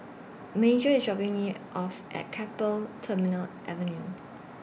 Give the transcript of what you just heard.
Major IS dropping Me off At Keppel Terminal Avenue